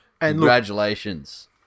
congratulations